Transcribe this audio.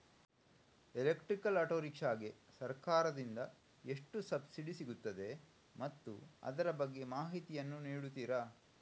Electrical auto rickshaw ಗೆ ಸರ್ಕಾರ ದಿಂದ ಎಷ್ಟು ಸಬ್ಸಿಡಿ ಸಿಗುತ್ತದೆ ಮತ್ತು ಅದರ ಬಗ್ಗೆ ಮಾಹಿತಿ ಯನ್ನು ನೀಡುತೀರಾ?